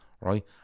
right